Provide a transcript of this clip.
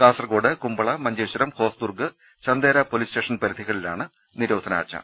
Kasaragod Kumbla Manjeshwaram Hosdurg Chandera police station പരിധികളിലാണ് നിരോധനാജ്ഞ